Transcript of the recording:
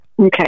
Okay